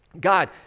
God